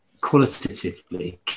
qualitatively